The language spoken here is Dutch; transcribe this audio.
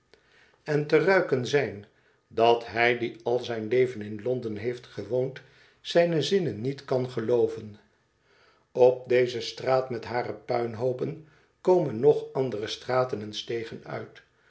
en te ruiken zijn dat hij die al zijn leven in l o n d e n heeft gewoond zijne zinnen niet kan gelooven op deze straat met hare puinhoopen komen nog andere straten en stegen uit